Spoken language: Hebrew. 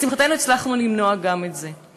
לשמחתנו הצלחנו למנוע גם את זה,